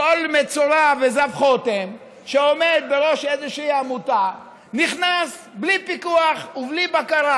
כל מצורע וזב חוטם שעומד בראש איזושהי עמותה נכנס בלי פיקוח ובלי בקרה